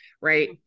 right